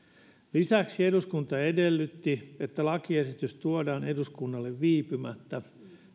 lisäksi eduskunta edellytti että lakiesitys tuodaan eduskunnalle viipymättä